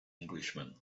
englishman